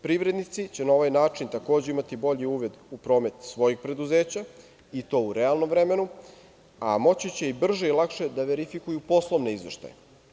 Privrednici će na ovaj način takođe imati bolji uvid u promet svojih preduzeća i to u realnom vremenu, a moći će i brže i lakše da verifikuju poslovne izveštaje.